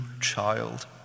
child